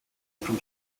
from